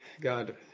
God